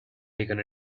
taken